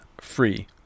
free